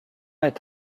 est